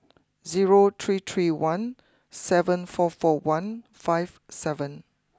zero three three one seven four four one five seven